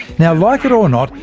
now like it or not,